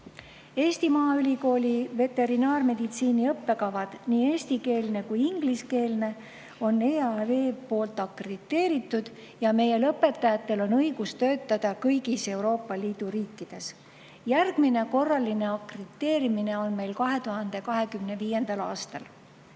Eesti Maaülikooli veterinaarmeditsiini õppekavad – nii eestikeelse kui ka ingliskeelse – akrediteerinud, seega on meie lõpetajatel õigus töötada kõigis Euroopa Liidu riikides. Järgmine korraline akrediteerimine on meil 2025. aastal. Tõesti,